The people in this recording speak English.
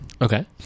okay